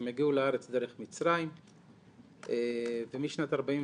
הם הגיעו לארץ דרך מצרים ומשנת 44'